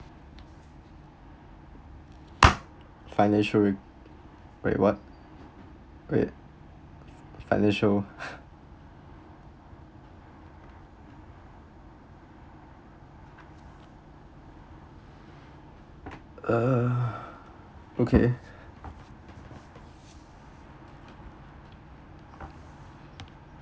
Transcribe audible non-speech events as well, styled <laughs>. financial re~ wait what wait financial <laughs> uh okay